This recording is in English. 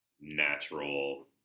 natural